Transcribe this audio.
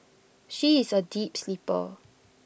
she is A deep sleeper